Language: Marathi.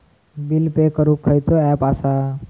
बिल पे करूक खैचो ऍप असा?